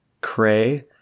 cray